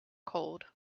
cold